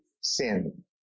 sin